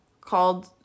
called